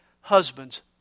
Husbands